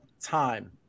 time